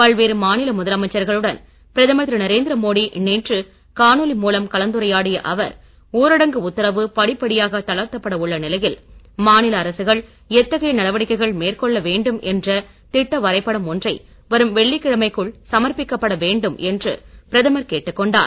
பல்வேறு மாநில முதலமைச்சர்களுடன் பிரதமர் திரு நரேந்திரமோடி நேற்று காணொலி மூலம் கலந்துரையாடிய அவர் ஊரடங்கு உத்தரவு படிப்படியாக தளர்த்தப்பட உள்ள நிலையில் மாநில அரசுகள் எத்தகைய நடவடிக்கைகள் மேற்கொள்ள வேண்டும் என்ற திட்ட வரைபடம் ஒன்றை வரும் வெள்ளிக் கிழமைக்குள் சமர்ப்பிக்கப்பட வேண்டும் என்று பிரதமர் கேட்டுக் கொண்டார்